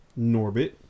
Norbit